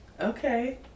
Okay